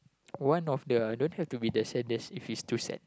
one of the don't have to be the saddest if it's too sad